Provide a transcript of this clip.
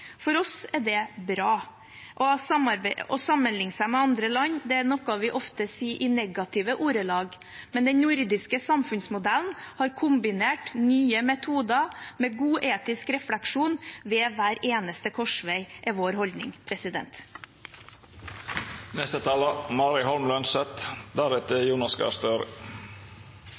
For oss er det bra. Å sammenligne seg med andre land er noe vi ofte sier i negative ordelag, men vår holdning er at den nordiske samfunnsmodellen har kombinert nye metoder med god etisk refleksjon ved hver eneste korsvei.